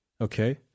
okay